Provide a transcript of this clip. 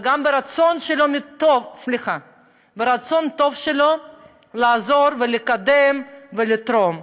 וגם ברצון הטוב שלו לעזור ולקדם ולתרום.